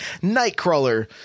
nightcrawler